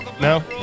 No